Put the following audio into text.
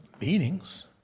meetings